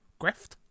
Greft